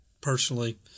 personally